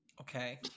Okay